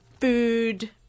food